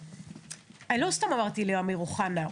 לא סתם אמרתי לאמיר אוחנה,